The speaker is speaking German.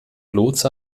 lotse